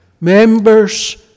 members